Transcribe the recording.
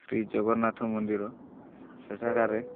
ଶ୍ରୀ ଜଗନ୍ନାଥ ମନ୍ଦିର ସେଠାକାରେ